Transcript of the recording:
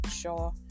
sure